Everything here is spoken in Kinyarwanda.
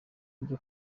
ryo